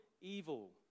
evil